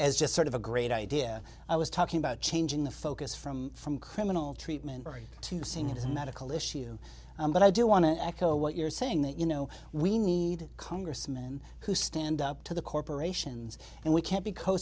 as just sort of a great idea i was talking about changing the focus from from criminal treatment very to saying it is a medical issue but i do want to echo what you're saying that you know we need congressmen who stand up to the corporations and we can't be co